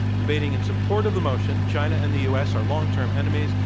debating in support of the motion, china and the u. s. are long-term enemies,